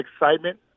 excitement